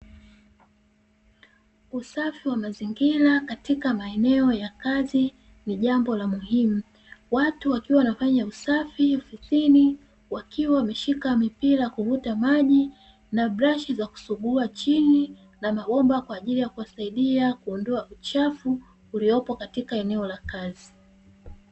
Usafi wa mazingira katika maeneo ya kazi ni jambo la muhimu, watu waliwa wanafanya usafi ofisini wakiwa wameshika mipira kuvuta maji na brashi za kusugua chini na mabomba kwa ajili ya kuwasaidia kuondoa uchafu uliopo katika eneo la kazi.